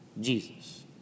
Jesus